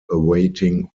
awaiting